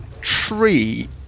tree